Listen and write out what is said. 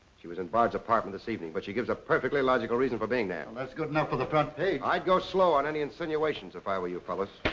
she was in bard's apartment this evening but she gives a perfectly logical reason for being there. that's good enough for the front page. i'd go slow on any insinuations if i were you, fellas.